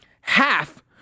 half